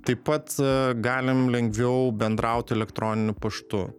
taip pat galim lengviau bendrauti elektroniniu paštu